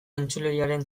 entzuleriaren